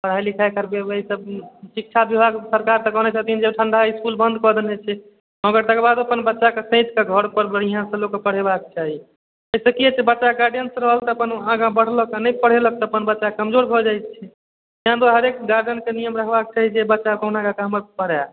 पढ़ाइ लिखाइ करवेबै ईसभ शिक्षा विभाग सरकार तऽ कहने छथिन जे ठंडा इसकुल बन्द कऽ देने छै हँ तकर बादो अपन बच्चाकेँ घरपर बढ़िआँसँ लोककेँ पढ़ेबाक चाही जाहिसँ की हेतै बच्चा गाइडेंस रहल तऽ अपन ओ आगाँ बढ़लक नहि पढ़ेलक तऽ अपन बच्चा कमजोर भऽ जाइ छै ताहि दुआरे गार्जियनकेँ नियम रहबाक चाही जे बच्चा कहुना कए कऽ हमर पढ़य